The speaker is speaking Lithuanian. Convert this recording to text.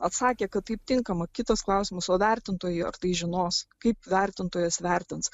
atsakė kad taip tinkama kitus klausimus o vertintojai ar tai žinos kaip vertintojas vertins